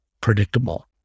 predictable